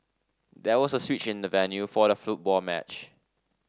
there was a switch in the venue for the football match